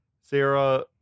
Sarah